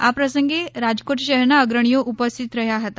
આ પ્રસંવલ ગે રાજકોટ શહેરના અગ્રણીઓ ઉપસ્થિત રહ્યા હતા